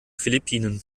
philippinen